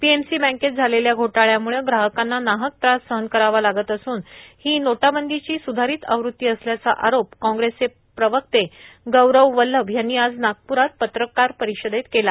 PMC बँकेत झालेल्या घोटाळ्याम्ळे ग्राहकांना नाहक त्रास सहन करावा लागत असून ही नोटाबंदीची स्धारित आवृत्ती असल्याचा आरोप काँग्रेसचे प्रवक्ते गौरव वल्लभ यांनी आज नागप्रात पत्रपरिषदेदरम्यान केला